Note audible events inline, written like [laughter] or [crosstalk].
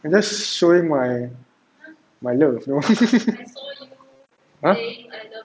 I'm just showing my my love know [laughs]